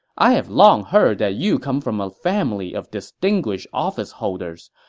i have long heard that you come from a family of distinguished officeholders.